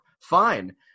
fine